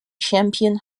champion